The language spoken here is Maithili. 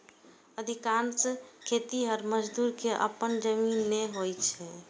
अधिकांश खेतिहर मजदूर कें अपन जमीन नै होइ छै